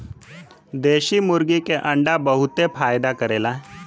देशी मुर्गी के अंडा बहुते फायदा करेला